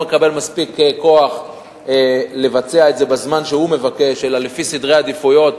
מקבל מספיק כוח לבצע את זה בזמן שהוא מבקש אלא לפי סדרי העדיפויות